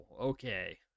okay